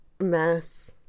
mess